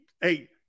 hey